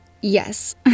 Yes